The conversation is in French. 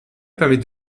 permet